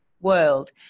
world